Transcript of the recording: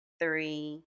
three